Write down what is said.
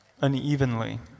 unevenly